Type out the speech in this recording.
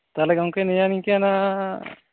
ᱛᱟᱦᱚᱞᱮ ᱜᱚᱢᱠᱮ ᱱᱤᱭᱟᱹ ᱱᱤᱝᱠᱟᱹᱱᱟᱜ